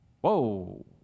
Whoa